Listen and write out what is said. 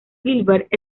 gilbert